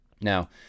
Now